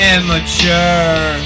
Immature